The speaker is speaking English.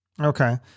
Okay